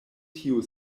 tiu